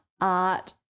art